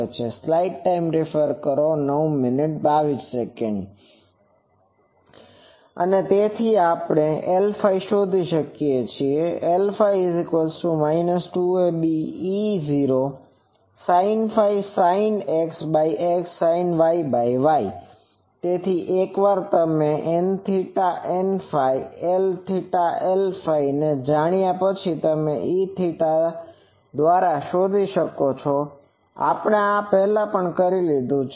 અને તે જ રીતે આપણે Lɸ શોધી શકીએ છીએ Lɸ 2abE0sinɸ sinXXsinYY તેથી એકવાર તમે Nθ Nφ Lθ Lφ ને જાણ્યા પછી તમે Eθ દ્વારા શોધી શકો છો આપણે આ પહેલા પણ કરી લીધું છે